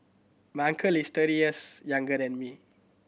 my uncle is thirty years younger than me